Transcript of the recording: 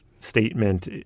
statement